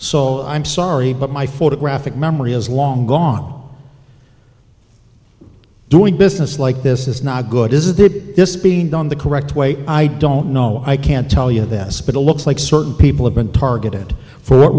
so i'm sorry but my photographic memory is long gone doing business like this is not good is it that this is being done the correct way i don't know i can't tell you this but it looks like certain people have been targeted for what